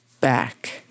Back